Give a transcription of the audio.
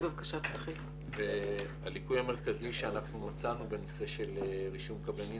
הליקוי המרכזי שמצאנו בנושא רישום קבלנים